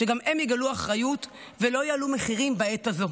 שגם הן יגלו אחריות ולא יעלו מחירים בעת הזו.